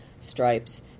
stripes